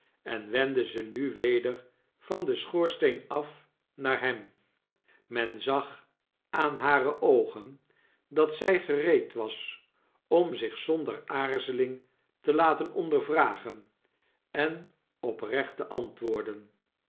en wendde ze nu weder van den schoorsteen af naar hem men zag aan hare oogen dat zy gereed was om zich zonder aarzeling te laten ondervragen en oprecht te antwoorden